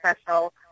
special